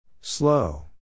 Slow